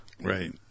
Right